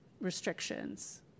restrictions